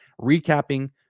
recapping